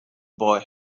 boy